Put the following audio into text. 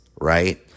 right